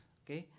okay